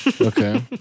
Okay